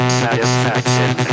satisfaction